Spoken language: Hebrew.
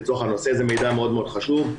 זה מידע מאוד מאוד חשוב.